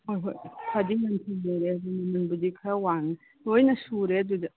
ꯍꯣꯏ ꯍꯣꯏ ꯐꯗꯤ ꯌꯥꯝ ꯐꯖꯔꯦ ꯑꯗꯨꯝ ꯃꯃꯜꯕꯨꯗꯤ ꯈꯔ ꯋꯥꯡꯉꯦ ꯂꯣꯏꯅ ꯁꯨꯔꯦ ꯑꯗꯨꯗ